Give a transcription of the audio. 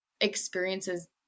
experiences